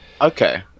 okay